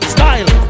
Style